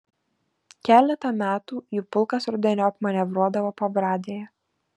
keletą metų jų pulkas rudeniop manevruodavo pabradėje